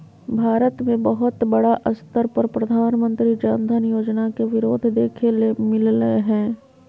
भारत मे बहुत बड़ा स्तर पर प्रधानमंत्री जन धन योजना के विरोध देखे ले मिललय हें